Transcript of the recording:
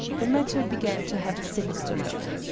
the matter began to have a sinister look.